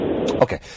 Okay